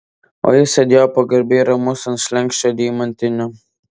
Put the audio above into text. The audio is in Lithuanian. o jis sėdėjo pagarbiai ramus ant slenksčio deimantinio